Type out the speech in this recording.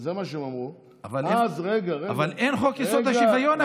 וזה מה שהם אמרו, אז, אבל אין חוק-יסוד: השוויון,